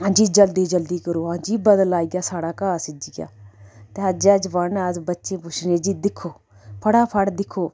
जी जल्दी जल्दी करो जी बद्दल आई गेआ ते साढ़ा घाह् सिज्जी गेआ ते अज्जै दे जमाने अस बच्चे पुच्छने जी दिक्खो फटाफट दिक्खो